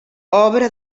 obra